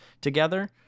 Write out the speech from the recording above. together